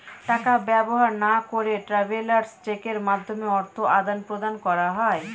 টাকা ব্যবহার না করে ট্রাভেলার্স চেকের মাধ্যমে অর্থ আদান প্রদান করা যায়